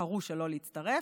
בחרו שלא להצטרף.